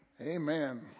Amen